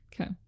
Okay